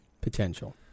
potential